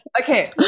Okay